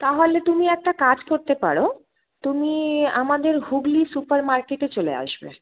তাহলে তুমি একটা কাজ করতে পারো তুমি আমাদের হুগলি সুপারমার্কেটে চলে আসবে